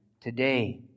Today